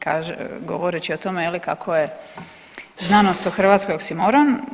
Kaže, govoreći o tome je li kako je znanost u Hrvatskoj oksimoron.